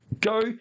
go